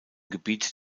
gebiet